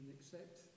accept